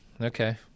Okay